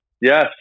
Yes